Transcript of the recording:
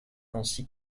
ainsi